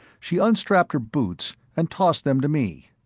she unstrapped her boots and tossed them to me.